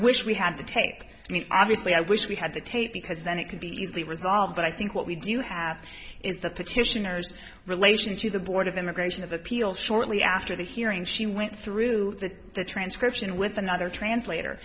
wish we had to take me obviously i wish we had the tape because then it could be easily resolved but i think what we do have is the petitioners relation to the board of immigration of appeals shortly after the hearing she went through the transcription with another translator